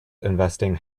investing